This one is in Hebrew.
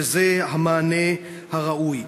זה המענה הראוי.